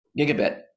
gigabit